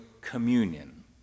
communion